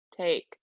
take